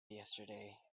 yesterday